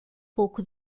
pouco